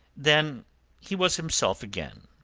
then he was himself again,